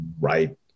right